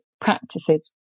practices